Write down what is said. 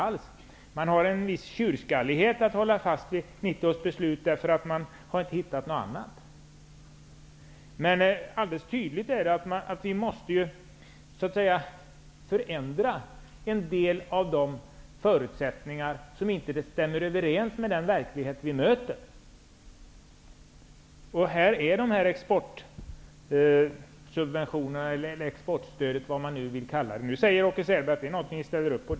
Det innebär en viss tjurskallighet att hålla fast vid 1990 års beslut, därför att man inte har hittat någonting annat. Det är alldeles tydligt att vi så att säga måste förändra en del av de förutsättningar som inte stämmer överens med den verklighet som vi möter. Här kommer de här exportsubventionerna, exportstödet eller vad man nu vill kalla det in. Åke Selberg säger nu att detta är någonting som de ställer upp på.